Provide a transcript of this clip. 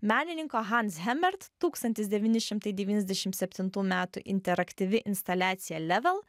menininko hans hemert tūkstantis devyni šimtai devyniasdešim septintų metų interaktyvi instaliacija level